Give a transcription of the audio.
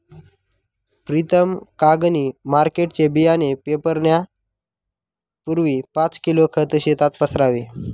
प्रीतम कांगणी मार्केटचे बियाणे पेरण्यापूर्वी पाच किलो खत शेतात पसरावे